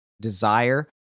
desire